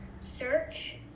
search